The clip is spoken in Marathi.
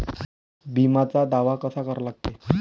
बिम्याचा दावा कसा करा लागते?